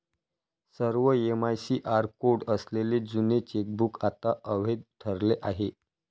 सर्व MICR code असलेले जुने चेकबुक आता अवैध ठरले आहे